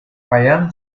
паян